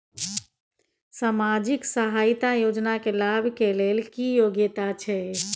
सामाजिक सहायता योजना के लाभ के लेल की योग्यता छै?